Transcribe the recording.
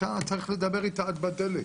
ואתה צריך לדבר איתה כשאתה עומד בדלת.